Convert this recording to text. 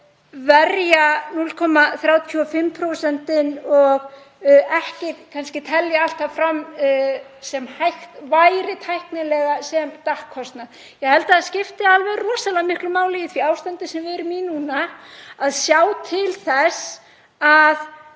verja 0,35% og kannski ekki telja allt fram sem hægt væri tæknilega sem DAC-kostnað. Ég held að það skipti alveg rosalega miklu máli í því ástandi sem við erum í núna að sjá til þess að